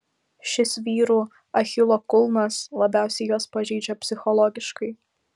šis vyrų achilo kulnas labiausiai juos pažeidžia psichologiškai